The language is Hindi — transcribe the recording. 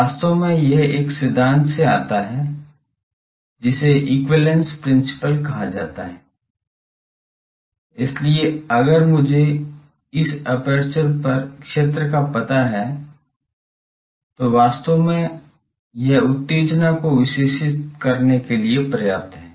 वास्तव में यह एक सिद्धांत से आता है जिसे एक्विवैलेन्स प्रिंसिपल कहा जाता है इसलिए अगर मुझे इस एपर्चर पर क्षेत्र का पता है तो वास्तव में यह उत्तेजना को विशेषित करने के लिए पर्याप्त है